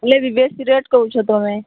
ହେଲେ ବି ବେଶି ରେଟ୍ କହୁଛ ତୁମେ